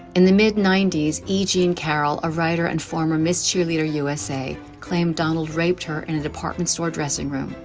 in the mid ninety s, e. jean carroll, a writer and former miss cheerleader usa, claimed donald raped her in a department store dressing room.